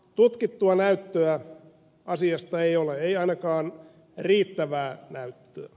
tutkittua näyttöä asiasta ei ole ei ainakaan riittävää näyttöä